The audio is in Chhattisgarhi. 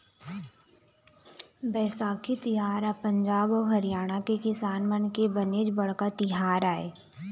बइसाखी तिहार ह पंजाब अउ हरियाणा के किसान मन के बनेच बड़का तिहार आय